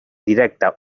directa